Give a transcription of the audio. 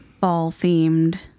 Fall-themed